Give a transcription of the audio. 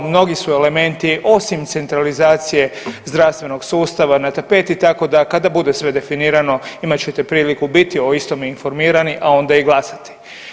Mnogi su elementi osim centralizacije zdravstvenog sustava na tapeti, tako da kada bude sve definirano imat ćete priliku biti o istom informirani, a onda i glasati.